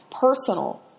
Personal